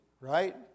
right